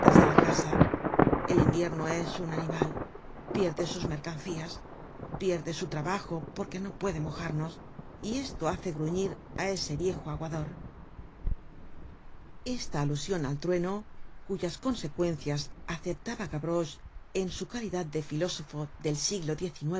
de la casa el invierno es un animal pierde sus mercancías pierde su trabajo porque no puede mojarnos y esto hace gruñir á ese viejo aguador esta alusion al trueno cuyas consecuencias aceptaba gavroche en su calidad de filósofo del siglo